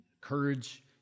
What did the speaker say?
courage